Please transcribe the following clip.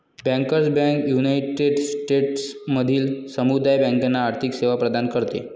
bankers bank united स्टेट्समधील समुदाय बँकांना आर्थिक सेवा प्रदान करते